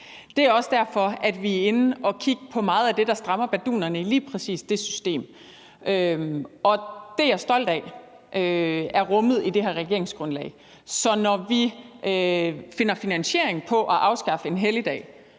Det er også derfor, vi er inde at kigge på meget af det, der strammer bardunerne i lige præcis det system, og det er jeg stolt af er rummet i det her regeringsgrundlag. Så når vi finder finansieringen til et, synes jeg,